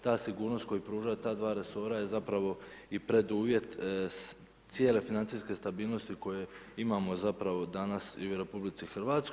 Ta sigurnost koju pružaju ta dva resora je zapravo i preduvjet cijele financijske nestabilnosti koje imamo zapravo danas i u RH.